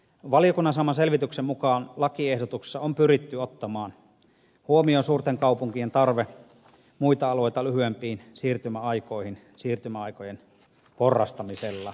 valiokunnan saaman selvityksen mukaan lakiehdotuksessa on pyritty ottamaan huomioon suurten kaupunkien tarve muita alueita lyhyempiin siirtymäaikoihin siirtymäaikojen porrastamisella